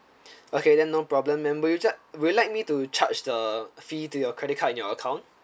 okay then no problem ma'am would you charge would you like me to charge the fee to your credit card in your account